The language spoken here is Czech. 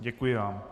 Děkuji vám.